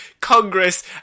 Congress